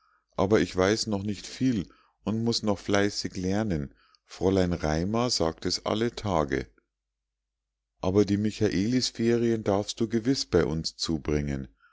aber ich weiß noch nicht viel und muß sehr fleißig lernen fräulein raimar sagt es alle tage aber die michaelisferien darfst du gewiß bei uns zubringen